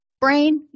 Brain